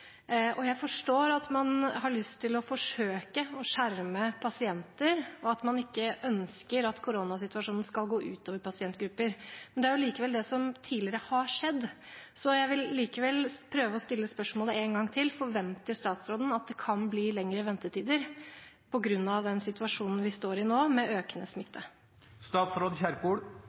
Jeg forstår at man har lyst til å forsøke å skjerme pasienter, og at man ikke ønsker at koronasituasjonen skal gå ut over pasientgrupper, men det er jo likevel det som tidligere har skjedd. Så jeg vil likevel prøve å stille spørsmålet en gang til: Forventer statsråden at det kan bli lengre ventetider på grunn av den situasjonen vi står i nå, med økende